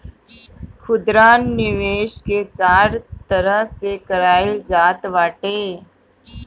खुदरा निवेश के चार तरह से कईल जात बाटे